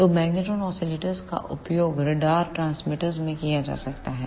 तो magnetron oscillators का उपयोग रडार ट्रांसमीटरोंradar transmitters में किया जा सकता है